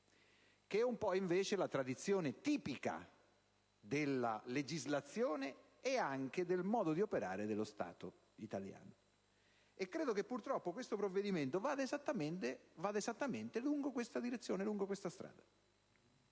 che è un po' invece la tradizione tipica della legislazione e anche del modo di operare dello Stato italiano. Credo che purtroppo questo provvedimento vada esattamente in tale direzione. Porto un esempio